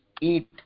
eat